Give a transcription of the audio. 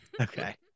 Okay